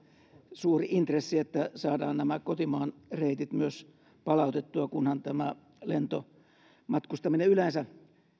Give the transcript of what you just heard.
suuri intressi että saadaan nämä kotimaan reitit palautettua kunhan lentomatkustaminen yleensä